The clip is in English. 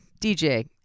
DJ